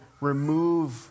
remove